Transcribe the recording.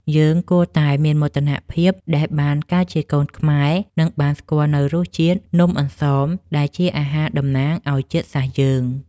យើងគួរតែមានមោទនភាពដែលបានកើតជាកូនខ្មែរ និង បានស្គាល់នូវរសជាតិនំអន្សមដែលជាអាហារតំណាងឱ្យជាតិសាសន៍យើង។